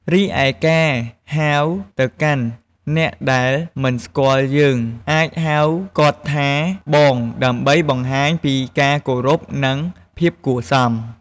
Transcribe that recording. រីឯការហៅទៅកាន់អ្នកដែលមិនស្គាល់យើងអាចហៅគាត់ថាបង ដើម្បីបង្ហាញពីការគោរព និងភាពគួរសម។